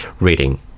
reading